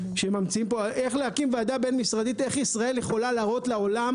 אלא להקים ועדה בין-משרדית של איך ישראל יכולה להראות לעולם